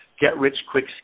get-rich-quick